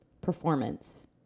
performance